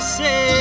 say